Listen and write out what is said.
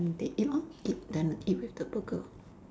then eat you know eat then eat with the burger